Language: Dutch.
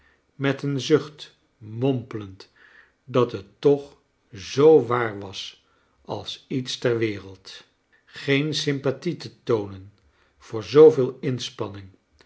met een zucht mompelend dat het toch zoo waar was als lets ter wereld geen sympathie te toonen voor zooveel inspanning